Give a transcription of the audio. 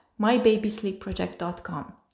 mybabysleepproject.com